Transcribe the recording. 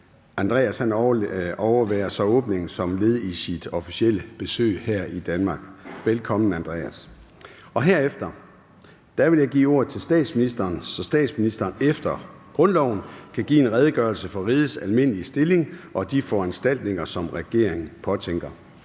redegørelse i henhold til grundlovens § 38. Kl. 12:10 Formanden (Søren Gade): Herefter vil jeg give ordet til statsministeren, så statsministeren efter grundloven kan give en redegørelse for rigets almindelige stilling og de foranstaltninger, som regeringen påtænker.